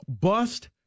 bust